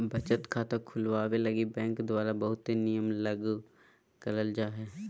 बचत खाता खुलवावे लगी बैंक द्वारा बहुते नियम लागू करल जा हय